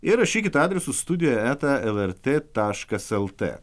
ir rašykite adresu studija eta el er tė taškas el tė